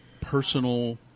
personal